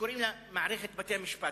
שקוראים לה מערכת בתי-המשפט.